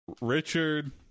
Richard